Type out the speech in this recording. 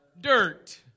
dirt